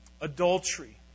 adultery